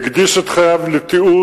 והוא הקדיש את חייו לתיעוד